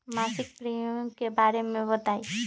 मासिक प्रीमियम के बारे मे बताई?